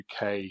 UK